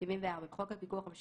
(מנהרות